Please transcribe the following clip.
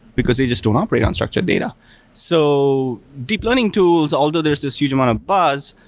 because they just don't operate on structured data. so deep learning tools, although there's this huge amount of buzz,